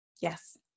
Yes